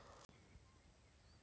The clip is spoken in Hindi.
ऑर्गेनिक फसल को कैसे उगाएँ?